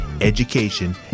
education